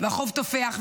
והחוב תופח,